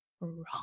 wrong